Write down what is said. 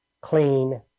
clean